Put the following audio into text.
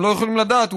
הם לא יכולים לדעת,